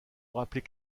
rappeler